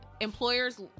employers